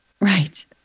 Right